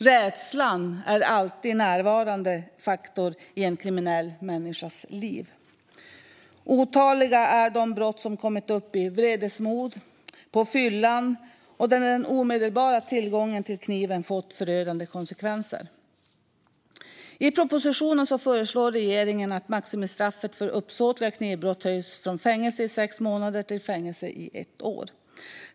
Rädslan är alltid en närvarande faktor i en kriminell människas liv. Otaliga är de brott som skett i vredesmod och på fyllan, där den omedelbara tillgången till kniv fått förödande konsekvenser. I propositionen föreslår regeringen att maximistraffet för uppsåtliga knivbrott höjs från fängelse i sex månader till fängelse i ett år.